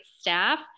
staff